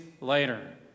later